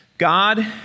God